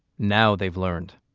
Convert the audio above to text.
now they've learned.